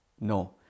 No